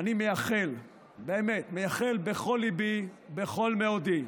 אני מייחל, באמת, מייחל בכל ליבי, בכל מאודי,